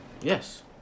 Yes